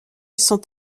sont